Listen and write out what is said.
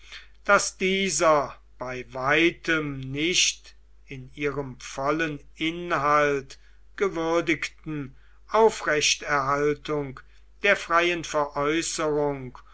daß dieser bei weitem nicht in ihrem vollen inhalt gewürdigten aufrechthaltung der freien veräußerung